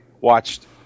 watched